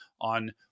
on